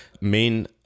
main